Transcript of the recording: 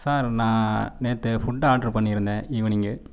sir நான் நேற்று food order பண்ணியிருந்தேன் ஈவினிங்